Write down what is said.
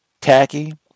tacky